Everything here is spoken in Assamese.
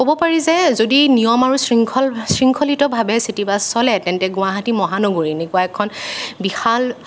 ক'ব পাৰি যে যদি নিয়ম আৰু শৃংখল শৃংখলিত ভাৱে চিটি বাছ চলে তেন্তে গুৱাহাটীৰ মহানগৰী এনেকুৱা এখন বিশাল